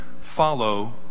follow